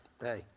hey